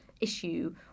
issue